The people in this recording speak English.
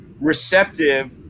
receptive